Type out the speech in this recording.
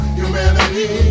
humanity